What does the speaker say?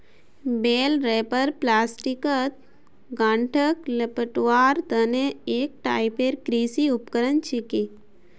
बेल wrapper प्लास्टिकत गांठक लेपटवार तने एक टाइपेर कृषि उपकरण छिके